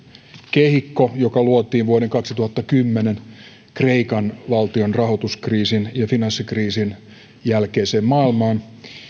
kehikko joka luotiin vuoden kaksituhattakymmenen kreikan valtion rahoituskriisin ja finanssikriisin jälkeiseen maailmaan